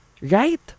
right